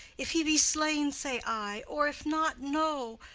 if he be slain, say i or if not, no.